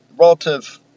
Relative